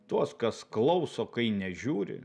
tuos kas klauso kai nežiūri